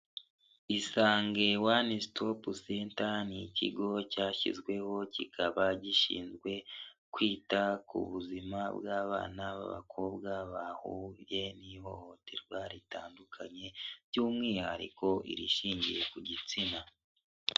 Isange wani sitopu senta, ni ikigo cyashyizweho, kikaba gishinzwe kwita ku buzima bw'abana b'abakobwa, bahuye n'ihohoterwa ritandukanye, by'umwihariko irishingiye ku gitsina.